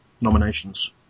nominations